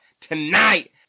tonight